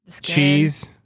cheese